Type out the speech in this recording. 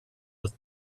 with